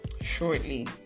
shortly